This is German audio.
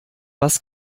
was